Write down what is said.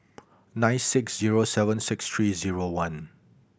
nine six zero seven six three zero one